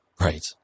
Right